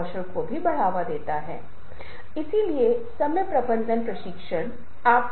यदि आप ऐसा करते हैं तो आपके पास एक बहुत ही सफल प्रस्तुति होगी